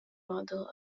model